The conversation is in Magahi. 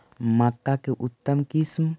मक्का के उतम किस्म?